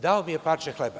Dao mi je parče hleba.